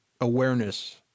awareness